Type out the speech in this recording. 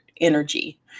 energy